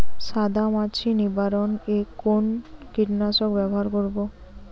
সাদা মাছি নিবারণ এ কোন কীটনাশক ব্যবহার করব?